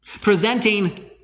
presenting